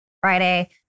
Friday